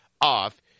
off